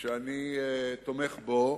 שאני תומך בהם,